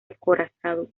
acorazado